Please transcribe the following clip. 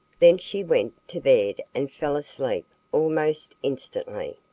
then she went to bed and fell asleep almost instantly.